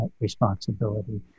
responsibility